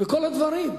וכל הדברים.